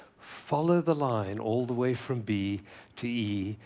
follow the line all the way from b to e,